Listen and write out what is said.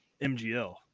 MGL